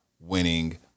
winning